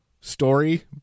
story